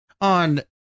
on